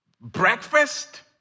breakfast